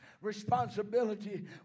responsibility